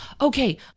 Okay